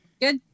good